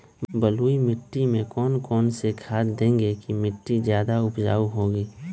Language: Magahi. बलुई मिट्टी में कौन कौन से खाद देगें की मिट्टी ज्यादा उपजाऊ होगी?